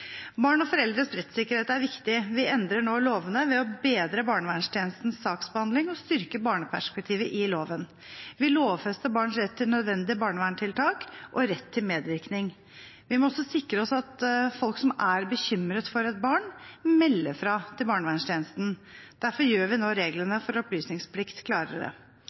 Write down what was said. Barn og foreldres rettssikkerhet er viktig. Vi endrer nå lovene ved å bedre barnevernstjenestens saksbehandling og styrke barneperspektivet i loven. Vi lovfester barns rett til nødvendige barnevernstiltak og rett til medvirkning. Vi må også sikre oss at folk som er bekymret for et barn, melder fra til barnevernstjenesten. Derfor gjør vi nå reglene for opplysningsplikt klarere.